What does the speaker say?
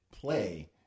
play